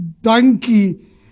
donkey